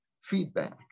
feedback